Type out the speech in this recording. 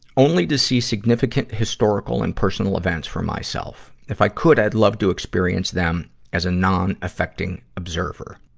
only to see significant historical and personal events for myself. if i could. i'd love to experience them as a non-affecting observer.